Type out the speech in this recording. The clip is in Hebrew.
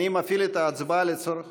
אני מפעיל את ההצבעה לצורך